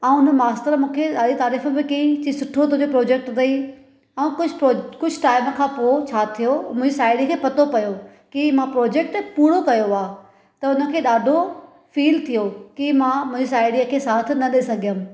ऐं उन मास्टर मूंखे ॾाढी तरीफ़ बि कई चई सुठो तुंहिंजो प्रोजेक्ट अथई ऐं कुझु कुझु टाइम खां पोइ छा थियो मुंजी साहेड़ी खे पतो पियो की मां प्रोजेक्ट पूरो कयो आहे त उनखे ॾाढो फील थियो की मां मुंहिंजी साहेड़ीअ खे साथ न ॾेई सघियमि